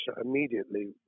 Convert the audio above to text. immediately